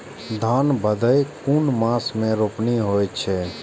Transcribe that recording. धान भदेय कुन मास में रोपनी होय छै?